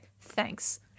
thanks